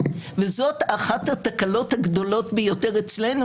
וזאת אחת התקלות הגדולות ביותר אצלנו,